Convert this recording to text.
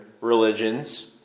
religions